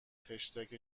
خشتک